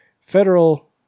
federal